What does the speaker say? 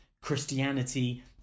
Christianity